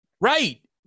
Right